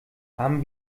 haben